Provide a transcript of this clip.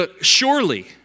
Surely